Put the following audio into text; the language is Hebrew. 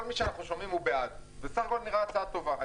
כל מי שאנחנו שומעים הוא בעד ובסך הכול זאת נראית הצעה טובה.